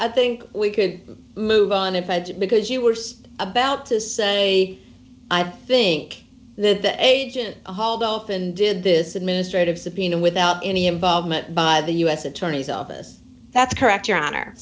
i think we could move on if i had to because you were about to say i think the agent hauled off and did this administrative subpoena without any involvement by the u s attorney's office that's correct your honor